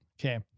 Okay